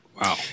wow